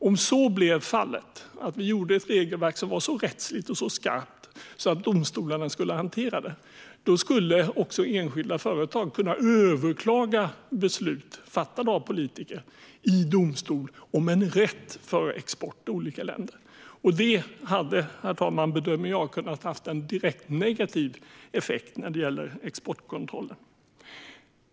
Om så blev fallet - att vi gjorde ett regelverk som var så rättsligt och så skarpt att domstolarna skulle hantera det - skulle också enskilda företag i domstol kunna överklaga beslut fattade av politiker om en rätt till export i olika länder. Jag bedömer, herr talman, att det hade kunnat ha en direkt negativ effekt när det gäller exportkontrollen.